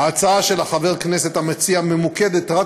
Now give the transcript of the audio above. ההצעה של חבר הכנסת המציע ממוקדת רק